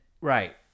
right